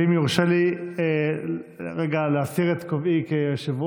ואם יורשה לי רגע להסיר את כובעי כיושב-ראש